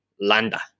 Landa